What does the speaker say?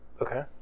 Okay